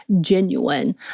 genuine